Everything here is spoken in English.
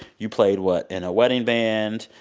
you played what? in a wedding band.